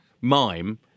mime